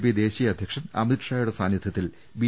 P ദേശീയ അധ്യക്ഷൻ അമിത്ഷായുടെ സാന്നിധ്യത്തിൽ ബി